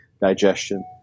digestion